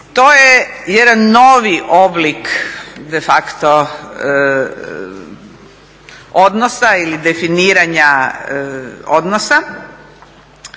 To je jedan novi oblik de facto odnosa ili definiranja odnosa.